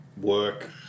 work